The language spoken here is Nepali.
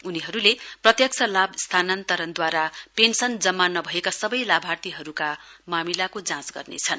उनीहरुले प्रत्यक्ष लाभ स्थानान्तरणद्रवारा पेन्सन जम्मा नभएका सबै लाभार्थीहरुका मामिलाको जाँच गर्नेछन्